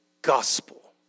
gospel